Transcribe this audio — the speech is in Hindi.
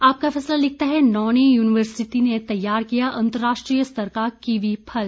आपका फैसला लिखता है नौणी यूनिवर्सिटी ने तैयार किया अंतर्राष्ट्रीय स्तर का किवी फल